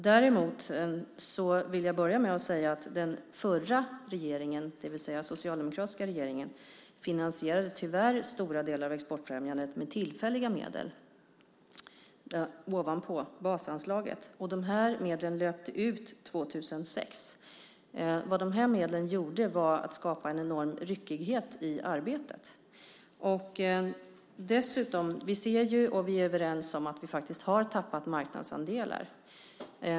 Däremot vill jag börja med att säga att den förra regeringen, det vill säga den socialdemokratiska regeringen, tyvärr finansierade stora delar av exportfrämjandet med tillfälliga medel ovanpå basanslaget. De medlen löpte ut 2006. Vad de medlen gjorde var att skapa en enorm ryckighet i arbetet. Vi ser och vi är överens om att vi har tappat marknadsandelar.